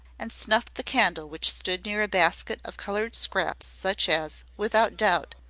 and snuffed the candle which stood near a basket of colored scraps such as, without doubt,